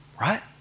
Right